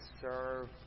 serve